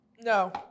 No